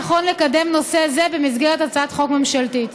נכון לקדם נושא זה במסגרת הצעת חוק ממשלתית.